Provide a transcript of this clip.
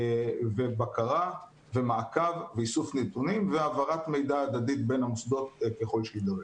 ובקרה ומעקב ואיסוף נתונים והעברת מידע הדדית בין המוסדות ככל שיידרש.